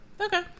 Okay